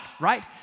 right